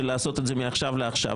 של לעשות את זה מעכשיו לעכשיו.